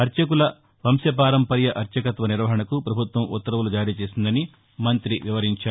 అర్చకుల వంశ పారంపర్య అర్చకత్వ నిర్వహణకు పభుత్వం ఉత్తర్వులు జారీ చేసిందని మంత్రి వివరించారు